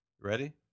Ready